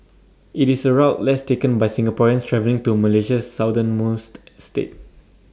IT is A route less taken by Singaporeans travelling to Malaysia's southernmost state